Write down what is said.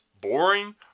boring